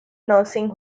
nursing